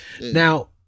Now